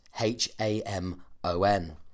H-A-M-O-N